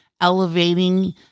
elevating